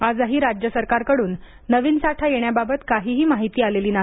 आजही राज्य सरकारकडून नवीन साठा येण्याबाबत काहीही माहिती आलेली नाही